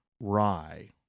rye